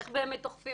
איך באמת אוכפים?